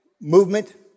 movement